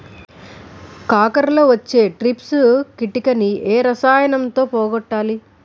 కాకరలో వచ్చే ట్రిప్స్ కిటకని ఏ రసాయనంతో పోగొట్టాలి?